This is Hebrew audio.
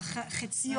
את חציו,